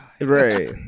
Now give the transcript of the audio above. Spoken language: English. Right